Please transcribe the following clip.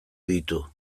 ditu